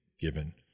given